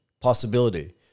possibility